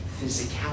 physicality